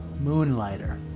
Moonlighter